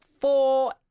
four